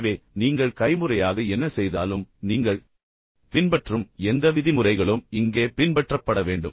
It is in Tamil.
எனவே நீங்கள் கைமுறையாக என்ன செய்தாலும் நீங்கள் பின்பற்றும் எந்த விதிமுறைகளும் இங்கே பின்பற்றப்பட வேண்டும்